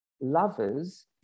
Lovers